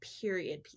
Period